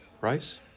Rice